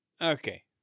Okay